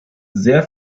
sehr